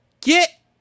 Get